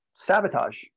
sabotage